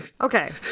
Okay